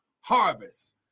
harvest